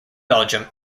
belgium